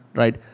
right